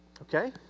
okay